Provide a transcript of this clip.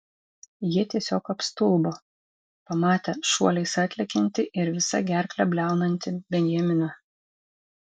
jie tiesiog apstulbo pamatę šuoliais atlekiantį ir visa gerkle bliaunantį benjaminą